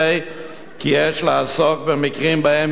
כי יש לעסוק ב"מקרים שבהם יש ספק,